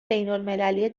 بینالمللی